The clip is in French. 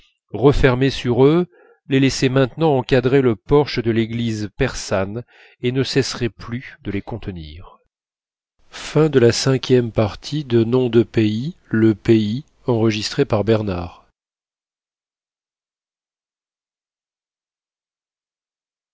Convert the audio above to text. refermées sur eux les laissaient maintenant encadrer le porche de l'église persane et ne cesseraient plus de les contenir